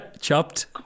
Chopped